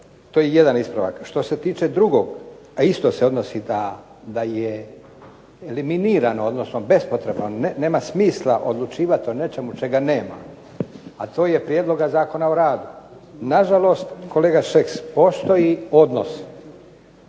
to je jedan ispravak. Što se tiče drugog, a isto se odnosi da je eliminiran odnosno nepotreban, nema smisla odlučivat o nečemu čega nema, a to je Prijedloga zakona o radu. Nažalost kolega Šeks, postoji odnos